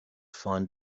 find